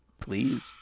please